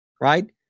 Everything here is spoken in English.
Right